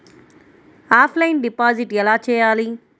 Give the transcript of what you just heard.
Offline deposit ఎలా చేయాలి?